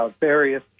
Various